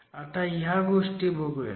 आता ह्या गोष्टी बघुयात